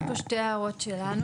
יש פה שתי הערות שלנו.